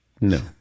No